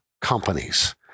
companies